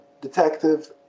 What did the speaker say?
Detective